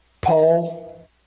Paul